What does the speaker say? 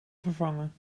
vervangen